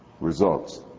results